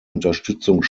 unterstützung